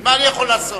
מה אני יכול לעשות?